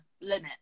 limit